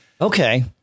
okay